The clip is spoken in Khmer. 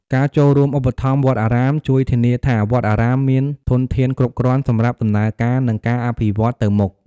ការចូលរួមឧបត្ថម្ភវត្តអារាម ជួយធានាថាវត្តមានធនធានគ្រប់គ្រាន់សម្រាប់ដំណើរការ និងការអភិវឌ្ឍទៅមុខ។